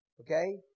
okay